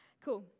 Cool